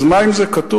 אז מה אם זה כתוב?